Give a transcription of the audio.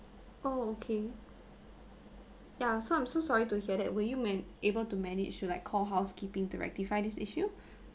oh okay ya so I'm so sorry to hear that will you man~ able to manage you like call housekeeping to rectify this issue